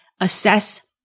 assess